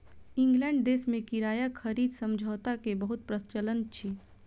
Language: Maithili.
इंग्लैंड देश में किराया खरीद समझौता के बहुत प्रचलन अछि